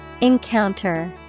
Encounter